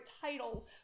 title